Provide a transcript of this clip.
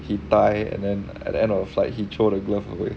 he die and then at the end of the flight he throw the glove away